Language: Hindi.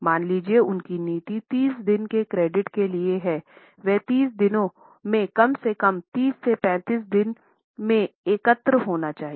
मान लीजिए उनकी नीति 30 दिनों के क्रेडिट के लिए है वे 30 दिनों में कम से कम 30 से 35 दिन में एकत्र होना चाहिए